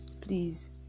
Please